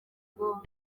bwonko